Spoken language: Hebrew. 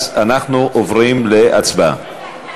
אז אנחנו עוברים להצבעה.